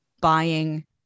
buying